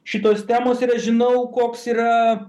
šitos temos ir aš žinau koks yra